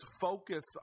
focus